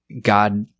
God